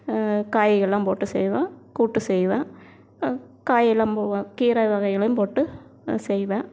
காய்கள்லாம் போட்டு செய்வேன் கூட்டு செய்வேன் காய்கள்லாம் போ கீரை வகைகளையும் போட்டு செய்வேன்